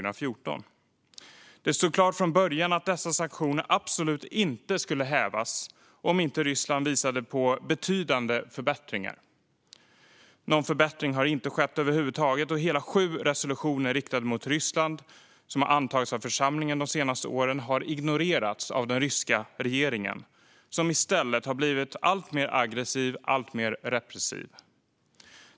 Det stod klart från början att dessa sanktioner absolut inte skulle hävas om inte Ryssland visade på betydande förbättringar. Någon förbättring har inte skett över huvud taget. Hela sju resolutioner riktade mot Ryssland som har antagits av församlingen de senaste åren har ignorerats av den ryska regeringen, som i stället har blivit alltmer aggressiv och repressiv.